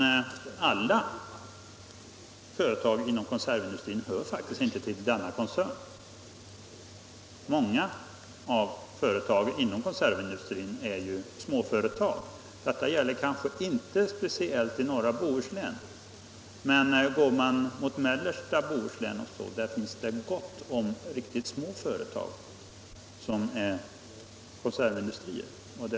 Men alla företag inom konservindustrin hör faktiskt inte till denna koncern, utan många av dem är små. Detta gäller kanske inte speciellt i norra Bohuslän, men går man till mellersta Bohuslän finner man gott om riktigt små företag inom konservindustrin.